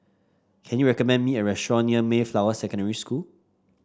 can you recommend me a restaurant near Mayflower Secondary School